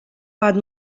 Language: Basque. bat